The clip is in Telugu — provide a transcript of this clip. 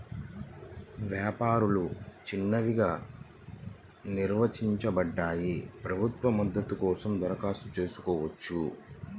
వ్యాపారాలు చిన్నవిగా నిర్వచించబడ్డాయి, ప్రభుత్వ మద్దతు కోసం దరఖాస్తు చేసుకోవచ్చు